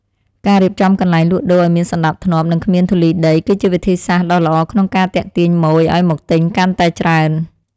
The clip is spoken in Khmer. ការរៀបចំកន្លែងលក់ដូរឱ្យមានសណ្តាប់ធ្នាប់និងគ្មានធូលីដី គឺជាវិធីសាស្ត្រដ៏ល្អក្នុងការទាក់ទាញម៉ូយឱ្យមកទិញកាន់តែច្រើន។